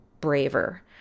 braver